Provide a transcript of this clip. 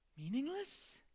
Meaningless